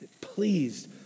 pleased